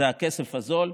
זה הכסף הזול.